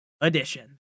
edition